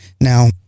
now